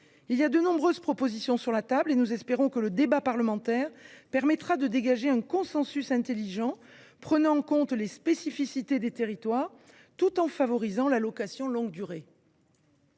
De nombreuses propositions sont sur la table, et nous espérons que le débat parlementaire permettra de dégager un consensus intelligent prenant en compte les spécificités des territoires tout en favorisant la location longue durée.